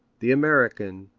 the american,